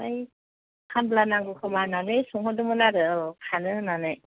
आमफाय खामला नांगौ खोमा होननानै सोंहरदोंमोन आरो औ खानो होननानै